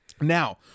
Now